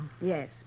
Yes